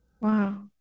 Wow